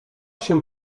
się